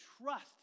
trust